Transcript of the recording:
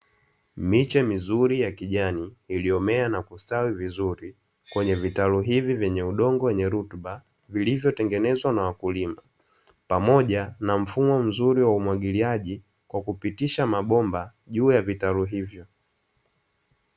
Miche mizuri ya kijani iliyomea na kustawi vizuri kwenye vitalu hivi vyenye udongo wenye rutuba, vilivyotengenezwa na wakulima pamoja na mfumo mzuri wa umwagiliaji wa kupitisha mabomba juu ya vitalu hivyo.